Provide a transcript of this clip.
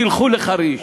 תלכו לחריש,